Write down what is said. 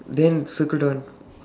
then circle that one